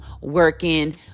working